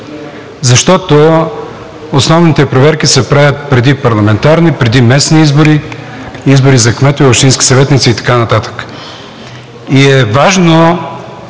Защото основните проверки се правят преди парламентарни, преди местни избори – избори за кметове и общински съветници, и така нататък, и е важно